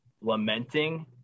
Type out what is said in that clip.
lamenting